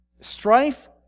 strife